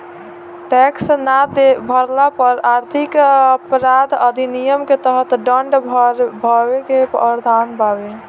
tax ना भरला पर आर्थिक अपराध अधिनियम के तहत दंड देवे के प्रावधान बावे